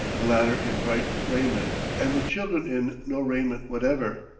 the latter in bright raiment and with children in no raiment whatever.